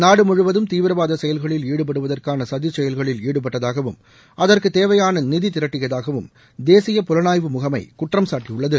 நாடு முழுவதும் தீவிரவாத செயல்களில் ஈடுபடுவதற்கான சதி செயல்களில் ஈடுபட்டதாகவும் அதற்கு தேவையான நிதி திரட்டியதாகவும் தேசிய புலனாய்வு முகமை குற்றம் சாட்டியுள்ளது